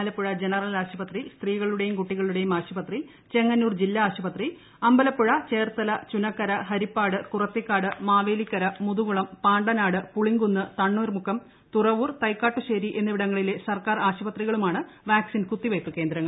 Alappuzha general ആശുപത്രി സ്ത്രീകളുടെയും കുട്ടികളുടെയും ആശുപത്രി ചെങ്ങന്നൂർ ജില്ലാ ആശുപത്രി അമ്പലപ്പുഴ ചേർത്തല ചുനക്കര ഹരിപ്പാട് കുറത്തിക്കാട് മാവേലിക്കര മുതുകുളം പാണ്ടനാട് പുളിങ്കുന്ന് തണ്ണീർമുക്കം തുറവൂർ തൈക്കാട്ടുശ്ശേരി എന്നിവിടങ്ങളിലെ സർക്കാർ ആശുപത്രികളുമാണ് വാക്സിൻ കുത്തിവയ്പ്പ് കേന്ദ്രങ്ങൾ